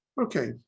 Okay